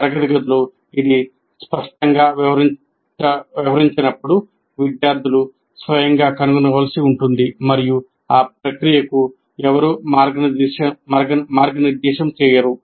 తరగతి గదిలో ఇది స్పష్టంగా వ్యవహరించనప్పుడు విద్యార్థులు స్వయంగా కనుగొనవలసి ఉంటుంది మరియు ఆ ప్రక్రియకు ఎవరూ మార్గనిర్దేశం చేయరు